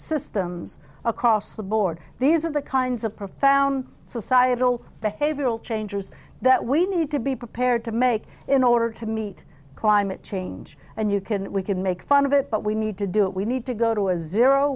systems across the board these are the kinds of profound societal behavioral changes that we need to be prepared to make in order to meet climate change and you can we can make fun of it but we need to do it we need to go to a zero